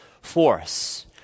force